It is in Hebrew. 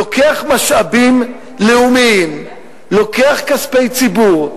לוקח משאבים לאומיים, לוקח כספי ציבור,